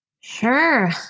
Sure